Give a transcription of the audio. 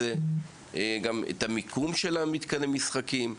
כולל את המיקום של מתקני המשחקים,